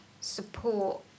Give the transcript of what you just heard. support